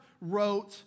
wrote